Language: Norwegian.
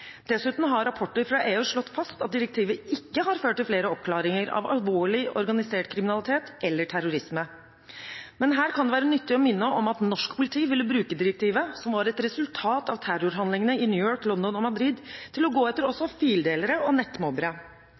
Dessuten har rapporter fra EU slått fast at direktivet ikke har ført til flere oppklaringer av alvorlig, organisert kriminalitet eller terrorisme. Men her kan det være nyttig å minne om at norsk politi ville bruke direktivet, som var et resultat av terrorhandlingene i New York, London og Madrid, til å gå også etter fildelere og